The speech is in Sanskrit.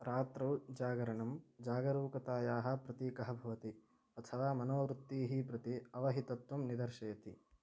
रात्रौ जागरणं जागरूकतायाः प्रतीकः भवति अथवा मनोवृत्तीः प्रति अवहितत्वं निदर्शयति